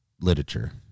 literature